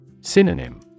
Synonym